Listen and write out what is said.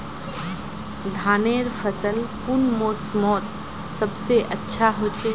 धानेर फसल कुन मोसमोत सबसे अच्छा होचे?